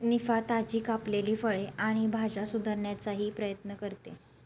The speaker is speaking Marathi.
निफा, ताजी कापलेली फळे आणि भाज्या सुधारण्याचाही प्रयत्न करते